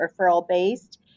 referral-based